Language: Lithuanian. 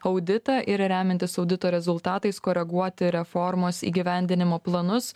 auditą ir remiantis audito rezultatais koreguoti reformos įgyvendinimo planus